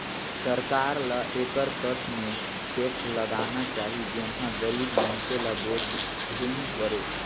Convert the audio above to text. सरकार ल एकर कस में टेक्स लगाना चाही जेम्हां गरीब मइनसे ल बोझ झेइन परे